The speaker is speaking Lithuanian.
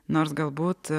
nors galbūt